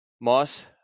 Moss